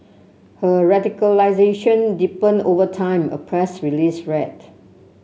her radicalisation deepened over time a press release read